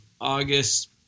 August